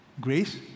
Grace